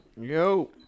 Yo